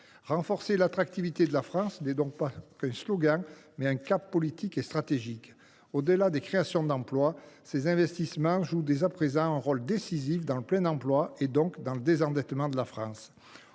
Renforcer l’attractivité de la France n’est donc pas qu’un slogan, c’est un cap politique et stratégique. Au delà des créations d’emplois, ces investissements jouent dès à présent un rôle décisif dans le plein emploi et donc dans le désendettement de la France.